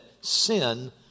sin